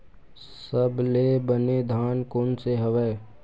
सबले बने धान कोन से हवय?